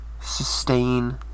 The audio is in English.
sustain